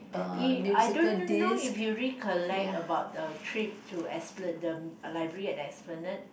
you I don't know know if you recollect about our trip to Es~ the library at the Esplanade